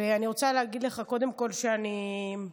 אני רוצה להגיד לך קודם כול שאני מזועזעת